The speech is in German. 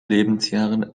lebensjahren